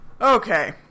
Okay